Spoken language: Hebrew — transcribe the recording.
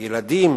שילדים